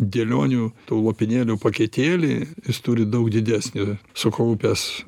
dėlionių tų lopinėlių paketėlį jis turi daug didesnį ir sukaupęs